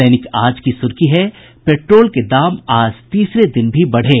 दैनिक आज की सुर्खी है पेट्रोल के दाम आज तीसरे दिन भी बढ़े